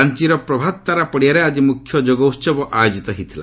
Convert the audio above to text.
ରାଞ୍ଚର ପ୍ରଭାତତାରା ପଡ଼ିଆରେ ଆଜି ମୁଖ୍ୟ ଯୋଗ ଉହବ ଆୟୋଜିତ ହୋଇଥିଲା